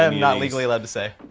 um not legally allowed to say.